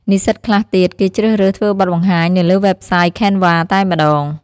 និស្សិតខ្លះទៀត គេជ្រើសរើសធ្វើបទបង្ហាញនៅលើវេបសាយ Canva តែម្ដង។